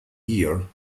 year